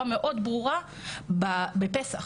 אנחנו ראינו את זה בצורה מאוד ברורה בחג הפסח